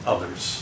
Others